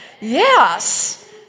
Yes